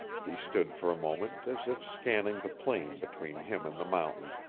he stood for a moment as if scanning the plain between him and the mountain,